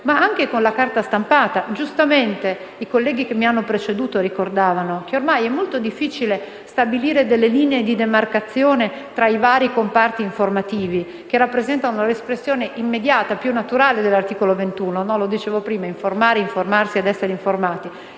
ma anche della carta stampata. I colleghi che mi hanno preceduto hanno giustamente ricordato che ormai è molto difficile stabilire delle linee di demarcazione tra i vari comparti informativi, che rappresentano l'espressione immediata e più naturale dell'articolo 21 della Costituzione. Lo dicevo prima: informare, informarsi ed essere informati.